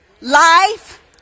life